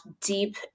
deep